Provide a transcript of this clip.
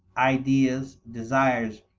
ideas, desires,